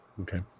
Okay